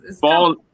Fall